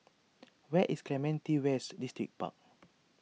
where is Clementi West Distripark